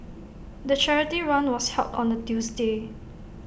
the charity run was held on A Tuesday